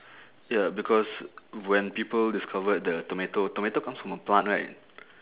ya because when people discovered the tomato tomato comes from a plant right